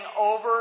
over